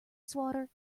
swatter